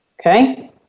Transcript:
Okay